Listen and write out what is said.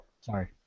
Sorry